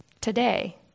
today